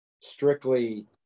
strictly